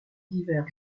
divers